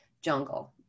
jungle